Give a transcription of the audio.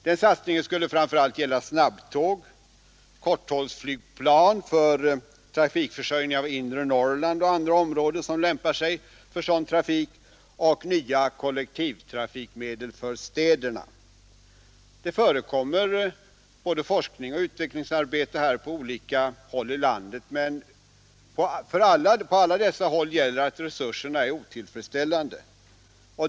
Den satsningen skulle framför allt gälla snabbtåg, korthållsflygplan för trafikförsörjningen av inre Norrland och andra områden, som lämpar sig för sådan trafik, och nya kollektivtrafikmedel för städerna. Det förekommer både forskning och utvecklingsarbete på olika håll i landet, men resurserna är på alla dessa håll otillfredsställande.